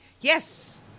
Yes